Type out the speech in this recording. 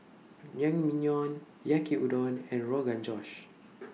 Naengmyeon Yaki Udon and Rogan Josh